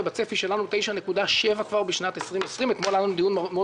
ובצפי שלנו 9.7 כבר בשנת 2020. אתמול היה לנו דיון מאוד